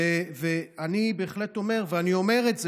ואני בהחלט אומר,